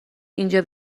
اینجا